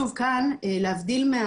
שוב, כאן, להבדיל מה